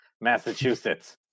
massachusetts